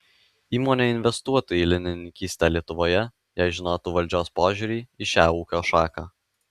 įmonė investuotų į linininkystę lietuvoje jei žinotų valdžios požiūrį į šią ūkio šaką